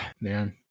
man